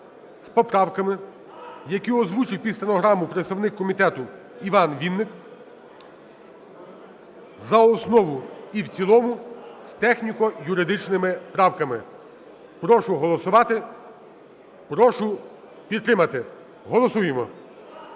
з поправками, які озвучив під стенограму представник комітету Іван Вінник. За основу і в цілому з техніко-юридичними правками. Прошу голосувати, прошу підтримати. Голосуємо